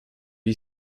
you